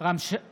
רם שפע,